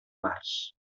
març